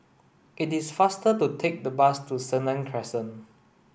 it is faster to take the bus to Senang Crescent